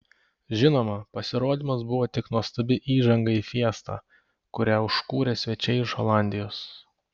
žinoma pasirodymas buvo tik nuostabi įžanga į fiestą kurią užkūrė svečiai iš olandijos